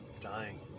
dying